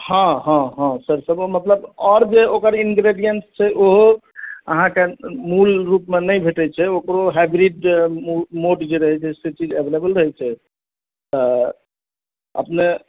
हँ हँ हँ तब तक मतलब आओर जे ओकर इनग्रीडिएंट छै ओहो अहाँकेँ मूलरूपमे नहि भेटैत छै ओकरो हाइब्रिडके जे मधुके रहैत छै से चीज अभेलेबुल रहैत छै तऽ अपने